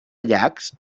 llacs